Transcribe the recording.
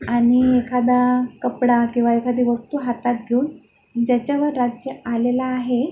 आणि एखादा कपडा किंवा एखादी वस्तू हातात घेऊन ज्याच्यावर राज्य आलेलं आहे